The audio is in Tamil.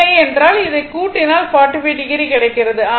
இல்லை என்றால் இதை கூட்டினால் 45o கிடைக்கிறது